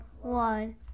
one